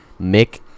Mick